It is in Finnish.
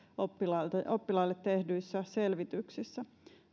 oppilaille oppilaille tehdyissä selvityksissä